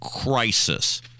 crisis